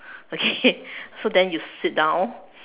okay so then you sit down